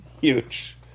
Huge